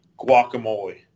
guacamole